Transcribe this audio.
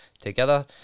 together